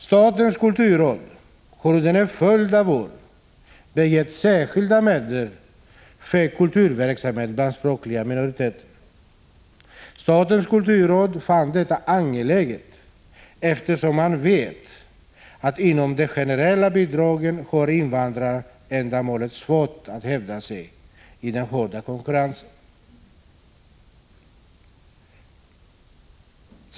Statens kulturråd har under en följd av år begärt särskilda medel för kulturverksamhet bland språkliga minoriteter. Statens kulturråd fann detta angeläget, eftersom man vet att invandrarändamålen har svårt att hävda sig i den hårda konkurrensen inom ramen för de generella bidragen.